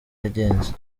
yagenze